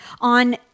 on